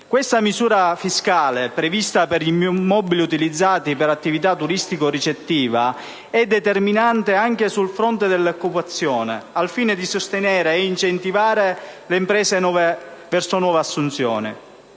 Questa misura fiscale prevista per gli immobili utilizzati per attività turistico-ricettiva è determinante anche sul fronte dell'occupazione, al fine di sostenere e incentivare le imprese verso nuove assunzioni.